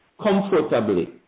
comfortably